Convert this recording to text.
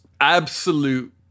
absolute